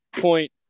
point